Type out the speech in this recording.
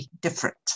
different